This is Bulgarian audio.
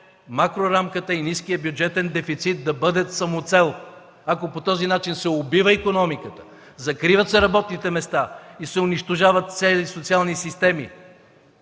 макрорамката и ниският бюджетен дефицит да бъдат самоцел, ако по този начин се убива икономиката, закриват се работните места и се унищожават цели социални системи!